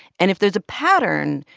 and if there's a pattern,